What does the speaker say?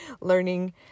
learning